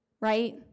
right